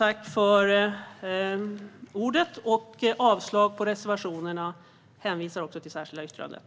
Med detta yrkar jag avslag på reservationerna. Jag hänvisar också till det särskilda yttrandet.